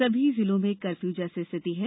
सभी जिलों में कर्फ्यू जैसी स्थिति है